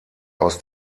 aus